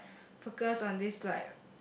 focus on this like